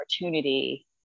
opportunity